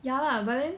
ya lah but then